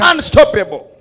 Unstoppable